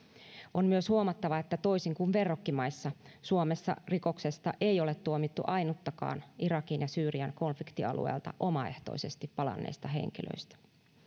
on myös huomattava että toisin kuin verrokkimaissa suomessa rikoksesta ei ole tuomittu ainuttakaan irakin ja syyrian konfliktialueelta omaehtoisesti palanneista henkilöistä